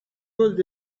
good